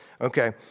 Okay